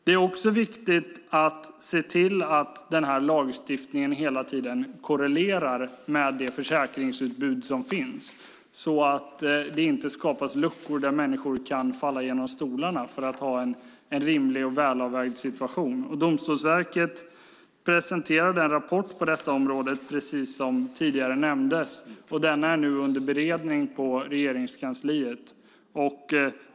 Det är också viktigt att se till att den här lagstiftningen hela tiden korrelerar med det försäkringsutbud som finns, så att det inte skapas luckor där människor kan falla mellan stolarna när det gäller att ha en rimlig och välavvägd situation. Domstolsverket presenterade en rapport på det här området, som nämndes tidigare. Denna är nu under beredning i Regeringskansliet.